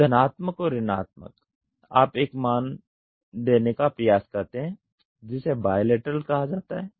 तो धनात्मक और ऋणात्मक आप एक मान देने का प्रयास करते हैं जिसे बायलैटरल कहा जाता है